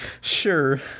sure